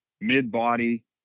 mid-body